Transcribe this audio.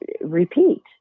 repeat